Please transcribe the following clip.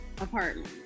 apartment